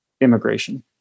immigration